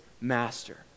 master